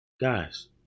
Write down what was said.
Guys